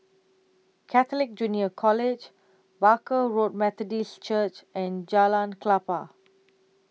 Catholic Junior College Barker Road Methodist Church and Jalan Klapa